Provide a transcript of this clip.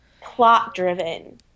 plot-driven